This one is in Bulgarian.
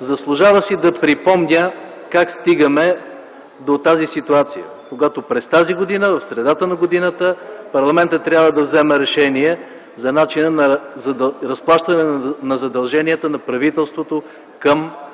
Заслужава си да припомня как стигаме до тази ситуация, когато през тази година, в средата на годината, парламентът трябва да вземе решение за начина на разплащане на задълженията на правителството към българския бизнес.